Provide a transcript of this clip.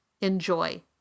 Enjoy